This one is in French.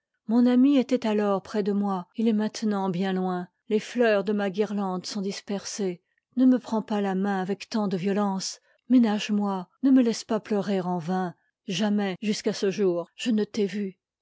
mon ami était alors près de moi il est mainte nant bien loin les heurs de ma guirlande sont k dispersées ne me prends pas la main avec tant de violence ménage moi ne me laisse pas pleu rer en vain jamais jusqu'à ce jour je ne t'ai vu